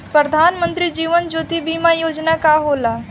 प्रधानमंत्री जीवन ज्योति बीमा योजना का होला?